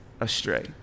astray